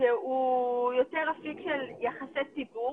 שהוא יותר אפיק של יחסי ציבור,